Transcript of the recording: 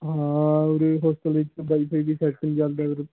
ਹਾਂ ਉਰੇ ਹੋਸਟਲ ਦੇ ਵਿੱਚ ਵਾਈਫਾਈ ਵੀ ਸੈਟ ਨਹੀਂ ਚੱਲਦਾ ਉਰੇ